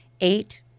eight